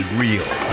real